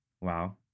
Wow